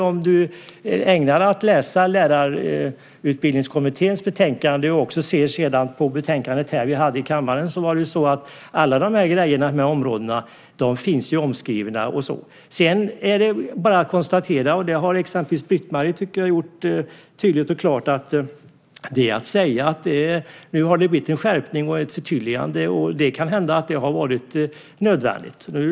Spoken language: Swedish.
Om du ägnar dig åt att läsa Lärarutbildningskommitténs betänkande och betänkandet som vi diskuterade här i kammaren så finns alla dessa områden omskrivna. Sedan kan man bara konstatera, vilket jag tycker att Britt-Marie Danestig har gjort tydligt och klart, att det nu har blivit en skärpning och ett förtydligande. Och det kan hända att det har varit nödvändigt.